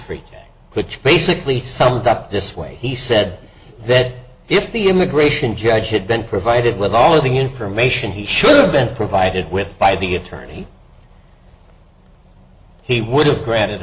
freeh which basically summed up this way he said that if the immigration judge had been provided with all of the information he should have been provided with by the attorney he would have granted